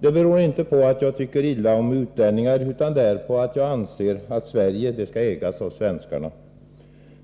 Det beror inte på att jag tycker illa om utlänningar utan därpå att jag anser att Sverige skall ägas av svenskar.